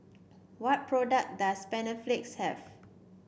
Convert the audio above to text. what products does Panaflex have